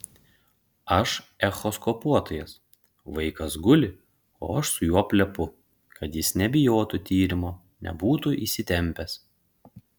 aš echoskopuotojas vaikas guli o aš su juo plepu kad jis nebijotų tyrimo nebūtų įsitempęs